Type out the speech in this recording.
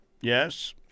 Yes